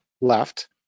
left